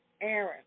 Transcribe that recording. Aaron